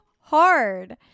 hard